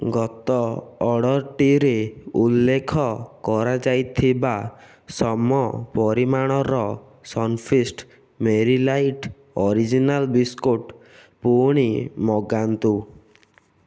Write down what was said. ଗତ ଅର୍ଡ଼ର୍ଟିରେ ଉଲ୍ଲେଖ କରାଯାଇଥିବା ସମ ପରିମାଣର Sunfeast Marie light original biscuit ପୁଣି ମଗାନ୍ତୁ